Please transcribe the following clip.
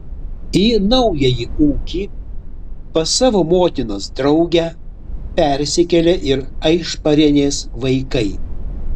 į naująjį ūkį pas savo motinos draugę persikėlė ir aišparienės vaikai